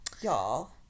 Y'all